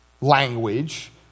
language